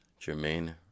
Jermaine